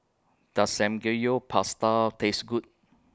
Does Samgeyopsal Taste Good